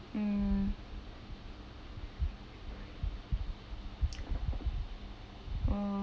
mm oh